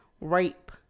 rape